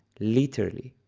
literally.